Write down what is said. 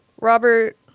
Robert